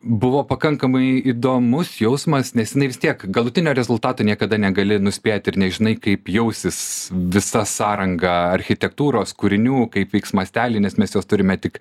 buvo pakankamai įdomus jausmas nes jinai vis tiek galutinio rezultato niekada negali nuspėti ir nežinai kaip jausis visa sąranga architektūros kūrinių kaip veiks mastelį nes mes turime tik